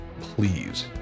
please